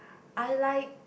I like